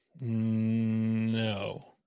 No